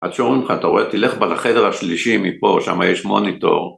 עד שאומרים לך, אתה רואה, תלך בחדר השלישי מפה, שם יש מוניטור